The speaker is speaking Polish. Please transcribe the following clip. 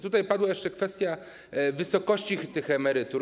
Tutaj padła jeszcze kwestia wysokości tych emerytur.